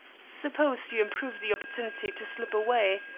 suppose you improve the opportunity to slip away,